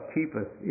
Keepeth